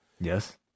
yes